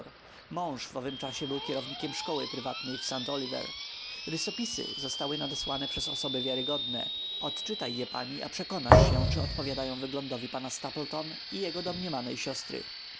mąż w owym czasie był kierownikiem szkoły prywatnej w st oliver rysopisy zostały nadesłane przez osoby wiarogodne odczytaj je pani a przekonasz się czy odpowiadają wyglądowi pana stapleton i jego domniemanej siostry